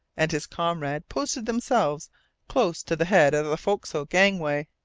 and his comrade, posted themselves close to the head of the forecastle gangway.